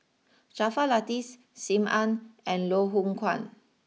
Jaafar Latiff Sim Ann and Loh Hoong Kwan